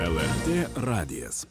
lrt radijas